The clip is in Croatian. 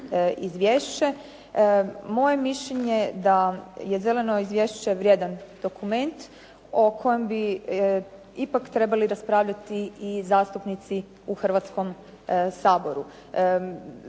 Moje mišljenje da je zeleno izvješće vrijedan dokument o kojem bi ipak trebali raspravljati i zastupnici u Hrvatskom saboru.